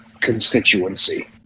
constituency